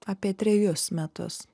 apie trejus metus